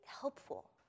helpful